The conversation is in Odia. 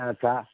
ଆଛା